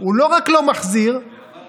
הוא לא רק לא מחזיר, אני אספר לך.